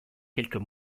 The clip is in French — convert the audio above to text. quelques